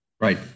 Right